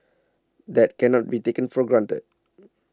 that cannot be taken for granted